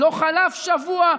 לא חלף שבוע,